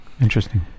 Interesting